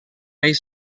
bell